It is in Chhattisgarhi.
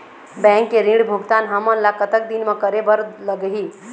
बैंक के ऋण भुगतान हमन ला कतक दिन म करे बर लगही?